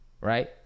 Right